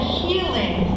healing